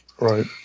Right